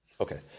Okay